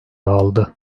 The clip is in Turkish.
aldı